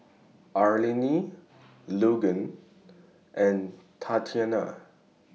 Arlene Logan and Tatiana